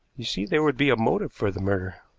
you see, there would be a motive for the murder.